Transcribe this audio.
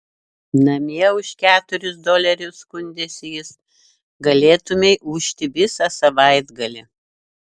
namie už keturis dolerius skundėsi jis galėtumei ūžti visą savaitgalį